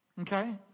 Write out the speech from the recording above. Okay